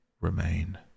remain